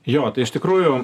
jo tai iš tikrųjų